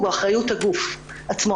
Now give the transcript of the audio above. הוא באחריות הגוף עצמו.